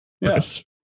yes